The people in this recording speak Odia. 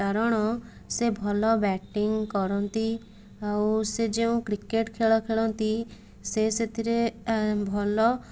କାରଣ ସେ ଭଲ ବ୍ୟାଟିଂ କରନ୍ତି ଆଉ ସେ ଯେଉଁ କ୍ରିକେଟ ଖେଳ ଖେଳନ୍ତି ସେ ସେଥିରେ ଭଲ